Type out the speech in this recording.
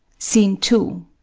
scene two.